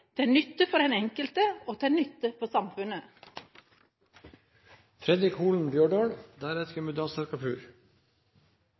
til nytte for den enkelte og til nytte